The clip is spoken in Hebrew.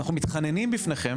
מתחננים בפניכם